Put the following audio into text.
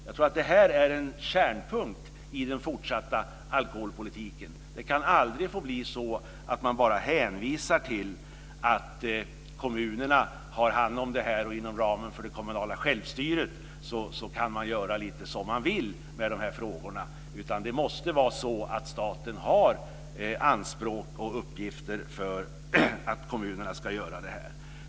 Jag tror att det här är en kärnpunkt i den fortsatta alkoholpolitiken. Det kan aldrig få bli så att man bara hänvisar till att kommunerna har hand om det här och att de inom ramen för det kommunala självstyret kan göra lite som de vill med de här frågorna. Det måste vara så att staten har anspråk och uppgifter för att kommunerna ska göra det här.